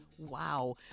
wow